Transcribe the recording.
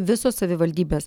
visos savivaldybės